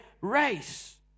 race